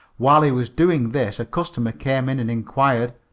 while he was doing this a customer came in and inquired